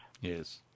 Yes